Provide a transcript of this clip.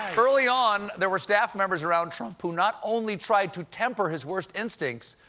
early on, there were staff members around trump who not only tried to temper his worst instincts,